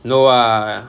no lah